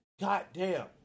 goddamn